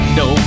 no